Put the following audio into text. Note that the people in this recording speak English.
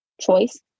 choice